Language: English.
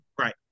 right